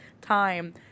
time